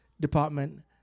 department